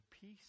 peace